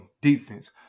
Defense